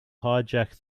hijack